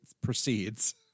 proceeds